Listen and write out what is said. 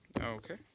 Okay